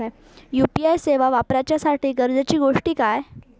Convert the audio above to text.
UPI सेवा वापराच्यासाठी गरजेचे गोष्टी काय?